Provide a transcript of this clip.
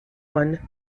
one